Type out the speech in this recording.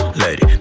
lady